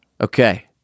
Okay